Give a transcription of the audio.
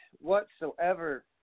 whatsoever